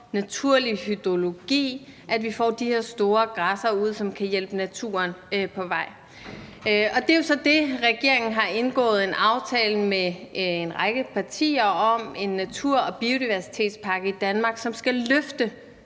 naturlig hydrologi, og at vi får de her store græssere ud, som kan hjælpe naturen på vej. Det er så det, regeringen har indgået en aftale med en række partier om, nemlig aftalen om en natur- og biodiversitetspakke i Danmark, som historisk